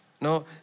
No